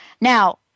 Now